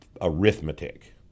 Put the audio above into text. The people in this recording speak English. arithmetic